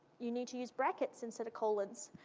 you need to use brackets instead of colons,